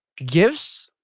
gifts